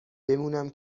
بمونم